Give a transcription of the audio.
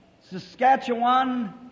Saskatchewan